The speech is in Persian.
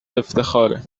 افتخاره